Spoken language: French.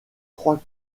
trois